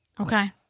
Okay